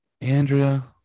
Andrea